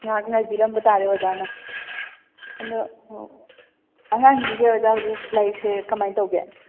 ꯉꯥꯛ ꯉꯥꯏꯕꯤꯔꯝꯕ ꯇꯥꯔꯦ ꯑꯣꯖꯥꯅ ꯑꯗꯣ ꯑꯉꯥꯡꯁꯤꯡꯁꯦ ꯑꯣꯖꯥ ꯍꯧꯖꯤꯛ ꯂꯥꯏꯔꯤꯛꯁꯦ ꯀꯃꯥꯏꯅ ꯇꯧꯒꯦ